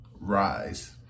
Rise